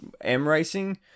M-Racing